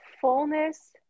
fullness